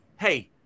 hey